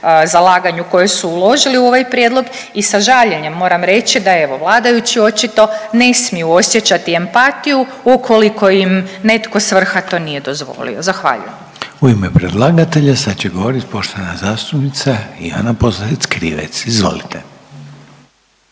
zalaganju koje su uložili u ovaj prijedlog i sa žaljenjem moram reći, da evo, vladajući očito ne smiju osjećati empatiju ukoliko im netko s vrha to nije dozvolio. Zahvaljujem. **Reiner, Željko (HDZ)** U ime predlagatelja sad će govoriti poštovana zastupnica Ivana Posavec Krivec. Izvolite.